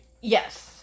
Yes